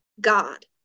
God